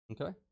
okay